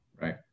Right